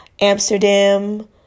amsterdam